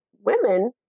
women